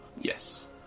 Yes